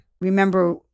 Remember